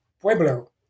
pueblo